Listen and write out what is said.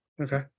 Okay